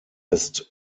ist